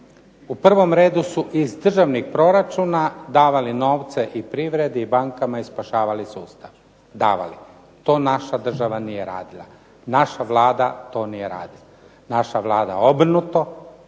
U prvom redu su iz državnih proračuna davali novce i privredi i bankama i spašavali sustav, davali. To naša država nije radila. Naša Vlada to nije radila. Naša Vlada obrnuto,